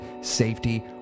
safety